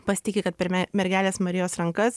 pasitiki kad per mergelės marijos rankas